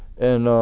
and